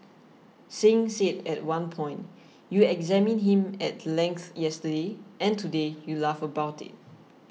Singh said at one point you examined him at length yesterday and today you laugh about it